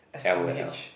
l_o_l